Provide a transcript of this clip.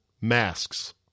masks